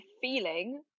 feeling